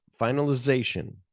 finalization